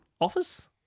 office